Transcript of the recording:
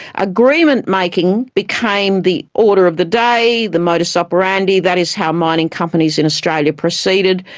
agreement making became the order of the day, the modus operandi, that is how mining companies in australia proceeded,